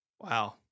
Wow